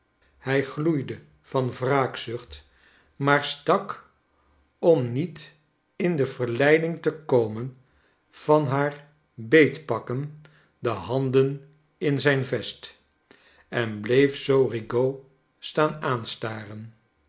hij gloeide van wraakzucht maar stak om niet in de verleiding te komen van haar beet pakken de handen in zijn vest en bleef zoo rigaud staan